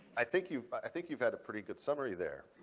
i think you've but i think you've had a pretty good summary there.